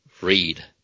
read